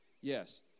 Yes